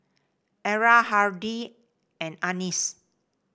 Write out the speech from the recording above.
Era Hardy and Annis